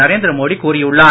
நரேந்திர மோடி கூறியுள்ளார்